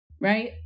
Right